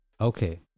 Okay